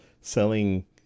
selling